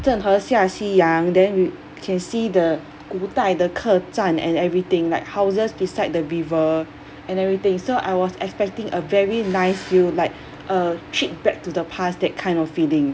郑和下西洋 then you can see the 古代的客栈 and everything like houses beside the river and everything so I was expecting a very nice view like a trip back to the past that kind of feeling